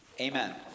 Amen